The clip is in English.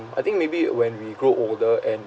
I think maybe when we grow older and